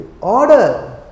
order